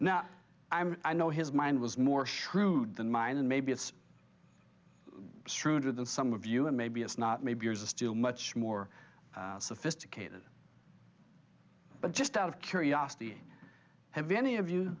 now i know his mind was more shrewd than mine and maybe it's shrewd than some of you and maybe it's not maybe yours are still much more sophisticated but just out of curiosity have any of you